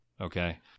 okay